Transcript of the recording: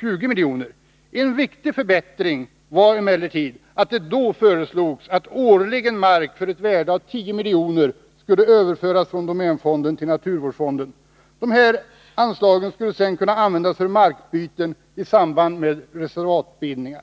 20 milj.kr. En viktig förbättring var emellertid att det då föreslogs att mark för ett värde av 10 milj.kr. årligen skulle överföras från domänfonden till naturvårdsfonden. Dessa medel skulle sedan kunna användas för markbyten i samband med reservatsbildningar.